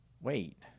wait